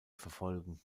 verfolgen